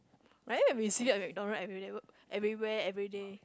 like that we see a McDonald everywhere everyday